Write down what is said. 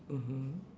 mmhmm